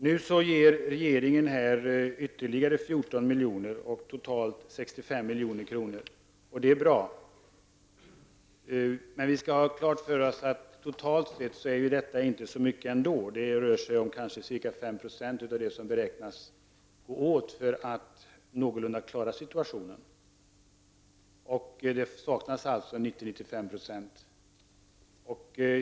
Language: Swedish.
Nu avsätter regeringen ytterligare 14 miljoner. Totalt sett har regeringen avsatt 65 milj.kr. Det är bra. Men vi måste ha klart för oss att detta totalt sett ändå inte är så mycket. Det rör sig om kanske 5 96 av vad som beräknas vara nödvändigt för att man någorlunda skall klara situationen. 90-95 960 saknas alltså.